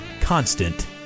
constant